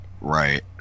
Right